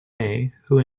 who